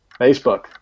Facebook